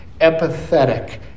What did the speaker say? empathetic